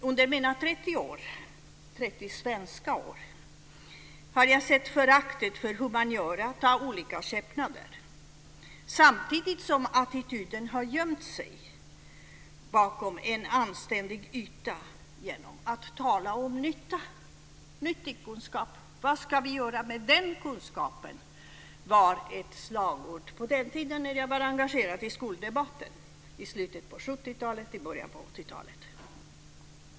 Under mina 30 svenska år har jag sett föraktet för humaniora ta olika skepnader, samtidigt som attityden har gömt sig bakom en anständig yta genom att man har talat om nytta, nyttig kunskap. Vad ska vi göra med den kunskapen? var ett slagord på den tiden jag var engagerad i skoldebatten i slutet på 70-talet och början på 80-talet.